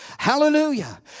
Hallelujah